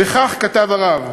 וכך כתב הרב: